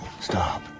Stop